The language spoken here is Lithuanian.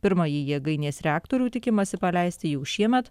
pirmąjį jėgainės reaktorių tikimasi paleisti jau šiemet